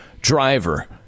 driver